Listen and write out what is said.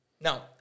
Now